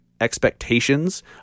expectations